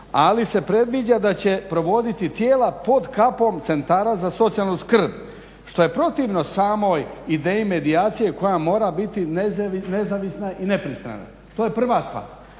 ali se predviđa da će provoditi tijela pod kapom centara za socijalnu skrb što je protivno samoj ideji medijacije koja mora biti nezavisna i nepristrana. To je prva stvar.